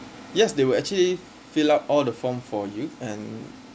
yes they will actually fill up all the form for you and